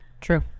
True